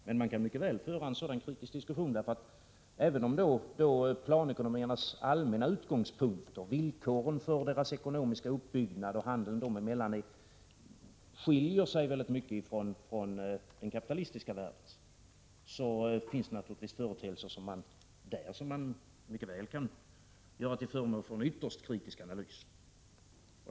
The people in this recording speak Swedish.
Men man kan mycket väl föra en sådan kritisk diskussion, därför att även om planekonomiernas allmänna utgångspunkter, villkoren för deras ekonomiska uppbyggnad och handeln dem emellan skiljer sig väldigt mycket från den kapitalistiska världens, så finns det naturligtvis företeelser där som man mycket väl kan göra till föremål för en ytterst kritisk analys.